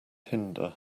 hinder